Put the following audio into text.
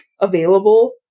available